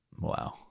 Wow